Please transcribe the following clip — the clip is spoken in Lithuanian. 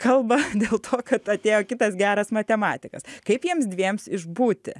kalbą dėl to kad atėjo kitas geras matematikas kaip jiems dviems išbūti